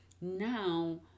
Now